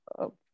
up